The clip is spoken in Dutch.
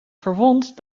verwond